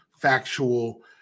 factual